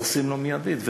הורסים מיידית,